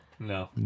No